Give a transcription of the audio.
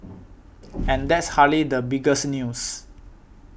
and that's hardly the biggest news